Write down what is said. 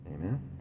Amen